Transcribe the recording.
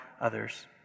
others